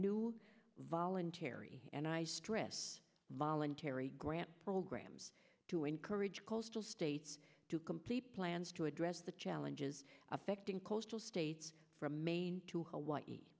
new voluntary and i stress voluntary grant programs to encourage coastal states to complete plans to address the challenges affecting coastal states from maine to hawaii